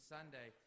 Sunday